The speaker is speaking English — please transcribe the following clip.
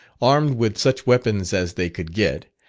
armed with such weapons as they could get,